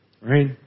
right